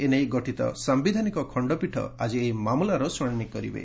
ଏ ନେଇ ଗଠିତ ସାୟିଧାନିକ ଖଣ୍ଡପୀଠ ଆଜି ଏହି ମାମଲାର ଶୁଣାଣି କରିବେ